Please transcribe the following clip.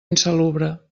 insalubre